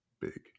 big